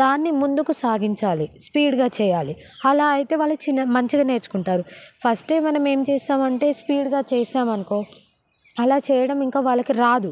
దాన్ని ముందుకు సాగించాలి స్పీడ్గా చేయాలి అలా అయితే వాళ్ళు చిన్నగా మంచిగా నేర్చుకుంటారు ఫస్టే మనం ఏం చేస్తామంటే స్పీడ్గా చేస్తామనుకో అలా చేయడం ఇంకా వాళ్ళకి రాదు